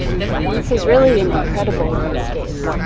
this is really an incredible landscape,